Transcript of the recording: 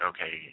Okay